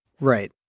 Right